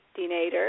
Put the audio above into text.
Denader